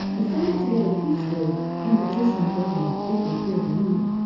assemble together peacefully and petition our government, if we feel the need.